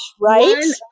right